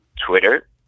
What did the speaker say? Twitter